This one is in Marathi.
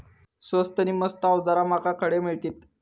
स्वस्त नी मस्त अवजारा माका खडे मिळतीत?